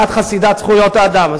ואת חסידת זכויות האדם.